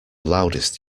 loudest